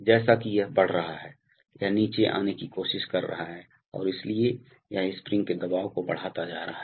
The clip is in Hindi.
जैसा कि यह बढ़ रहा है यह नीचे आने की कोशिश कर रहा है और इसलिए यह स्प्रिंग के दबाव को बढ़ाता जा रहा है